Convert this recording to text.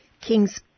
Kings